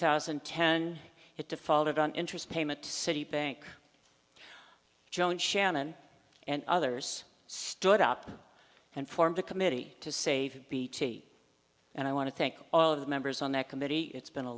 thousand and ten it defaulted on interest payment to citi bank joan shannon and others stood up and formed a committee to save bt and i want to thank all of the members on that committee it's been a